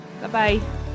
bye-bye